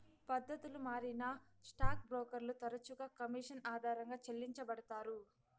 పద్దతులు మారినా స్టాక్ బ్రోకర్లు తరచుగా కమిషన్ ఆధారంగా చెల్లించబడతారు